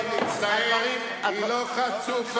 אני מצטער, היא לא חצופה.